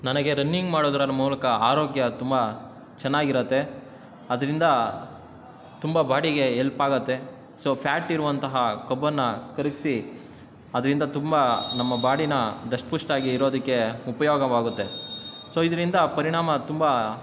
ನನಗೆ ರನ್ನಿಂಗ್ ಮಾಡುವುದರ ಮೂಲಕ ಆರೋಗ್ಯ ತುಂಬ ಚೆನ್ನಾಗಿರತ್ತೆ ಅದರಿಂದ ತುಂಬ ಬಾಡಿಗೆ ಹೆಲ್ಪಾಗತ್ತೆ ಸೊ ಫ್ಯಾಟಿರುವಂತಹ ಕೊಬ್ಬನ್ನು ಕರಗಿಸಿ ಅದರಿಂದ ತುಂಬ ನಮ್ಮ ಬಾಡಿನ ದಷ್ಟಪುಷ್ಟಾಗಿ ಇರೋದಕ್ಕೆ ಉಪಯೋಗವಾಗುತ್ತೆ ಸೊ ಇದರಿಂದ ಪರಿಣಾಮ ತುಂಬ